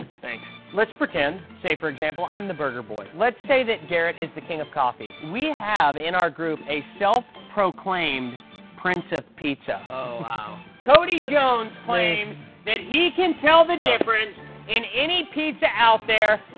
thanks. let's pretend, say, for example, i'm the burger boy. let's say that garrett is the king of coffee. we have, in our group, a self proclaimed prince of pizza. oh, wow. cody jones claims me. that he can't tell the difference in any pizza out there.